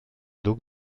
duc